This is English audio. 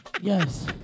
Yes